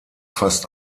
fast